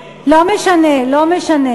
זה גם בוועדה למינוי שופטים ומינוי קאדים.